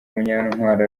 munyantwari